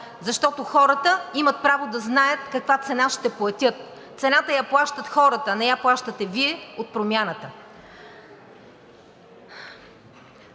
защото хората имат право да знаят каква цена ще платят. Цената я плащат хората, не я плащате Вие от Промяната.